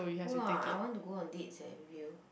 !whoa! I want to go on dates eh with you